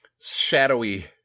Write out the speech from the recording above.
shadowy